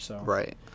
Right